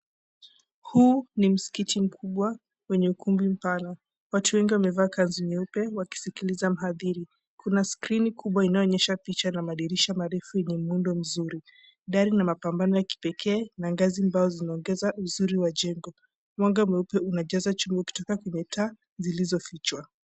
Huu ni msikiti mkubwa wenye ukumbi mpana watu wengi wamevaa kanzu nyeupe wakiskiza mahadhiri, kuna skrini kubwa inayoonyesha picha madirisha marefu yenye muundo mzuri dari na mapambo ya kipekee na ngazi ambazo zinaongeza uzuri wa jengo, mwanga mweupe unajaza chumba kutoka kwa taa zilizofichwa.